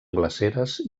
glaceres